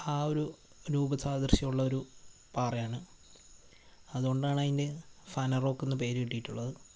ആ ഒരു രൂപസാദൃശ്യമുള്ള ഒരു പാറയാണ് അതുകൊണ്ടാണ് അതിന് ഫാനറോക്ക് എന്ന് പേര് കിട്ടിട്ടുള്ളത്